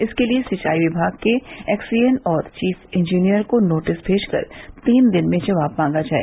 इसके लिए सिंचाई विभाग के एक्स ई एन और चीफ इंजीनियर को नोटिस मेजकर तीन दिन में जवाब मांगा जाए